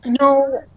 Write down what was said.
No